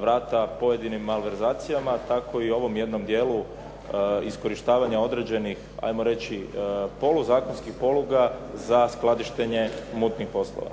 vrata pojedinim malverzacijama tako i u ovom jednom dijelu iskorištavanja određenih hajmo reći polu zakonskih poluga za skladištenje mutnih poslova.